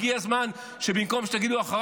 הגיע הזמן שבמקום שתגידו: אחריי,